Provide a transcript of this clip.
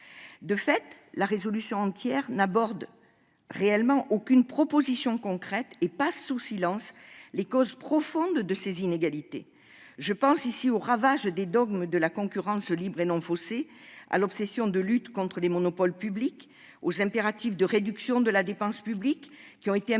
De fait, la proposition de résolution n'aborde aucune mesure concrète et passe sous silence les causes profondes de ces inégalités. Je pense aux ravages du dogme de la concurrence libre et non faussée, à l'obsession de la lutte contre les monopoles publics et aux impératifs de réduction de la dépense publique, qui ont été imposés